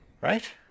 right